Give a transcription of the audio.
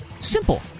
Simple